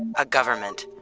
a government,